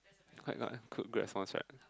quite a lot good great response right